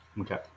Okay